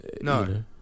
No